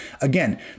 again